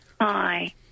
Hi